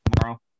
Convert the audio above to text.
tomorrow